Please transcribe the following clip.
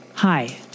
hi